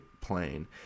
plane